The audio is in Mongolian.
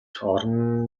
орон